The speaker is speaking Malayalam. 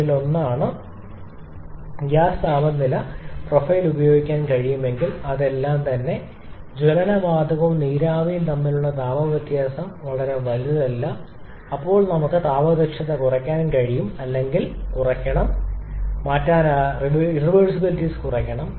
ഞങ്ങൾക്ക് ഇതുപോലൊന്ന് ഗ്യാസ് താപനില പ്രൊഫൈൽ ഉപയോഗിക്കാൻ കഴിയുമെങ്കിൽ അത് എല്ലാം തന്നെ ജ്വലന വാതകവും നീരാവിയും തമ്മിലുള്ള താപനില വ്യത്യാസം വളരെ വലുതല്ല അപ്പോൾ നമുക്ക് താപ ദക്ഷത കുറയ്ക്കാൻ കഴിയും അല്ലെങ്കിൽ ഞാൻ കുറയ്ക്കണം മാറ്റാനാവാത്തവ